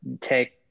take